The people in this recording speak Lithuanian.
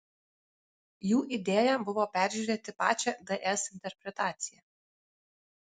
jų idėja buvo peržiūrėti pačią ds interpretaciją